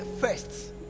first